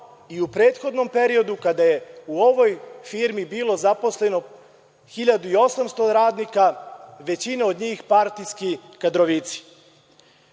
i u prethodnom periodu kada je u ovoj firmi bilo zaposleno 1.800 radnika, većina od njih partijski kadrovici.